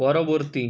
পরবর্তী